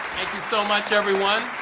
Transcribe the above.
you so much, everyone.